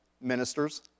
ministers